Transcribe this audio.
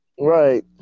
Right